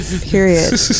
period